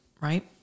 right